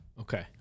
Okay